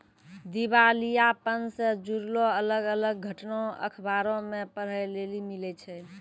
दिबालियापन से जुड़लो अलग अलग घटना अखबारो मे पढ़ै लेली मिलै छै